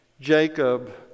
Jacob